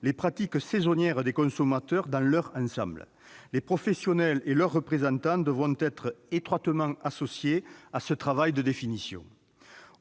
des pratiques saisonnières des consommateurs dans leur ensemble. Les professionnels et leurs représentants devront être étroitement associés à ce travail de définition.